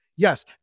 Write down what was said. Yes